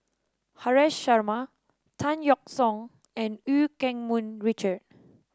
Haresh Sharma Tan Yeok Seong and Eu Keng Mun Richard